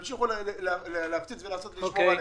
המשיכו להפציץ ולנסות לשמור עלינו.